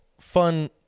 Fun